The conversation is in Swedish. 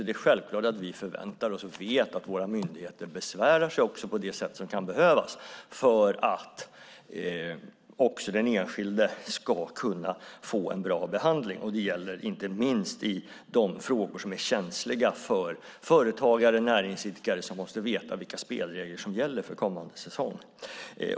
Det är självklart att vi förväntar oss och vet att våra myndigheter besvärar sig på det sätt som kan behövas för att också den enskilde ska kunna få en bra behandling. Det gäller inte minst i de frågor som är känsliga för företagare och näringsidkare, som måste veta vilka spelregler som gäller för kommande säsong.